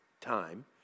time